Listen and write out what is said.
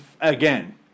again